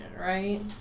right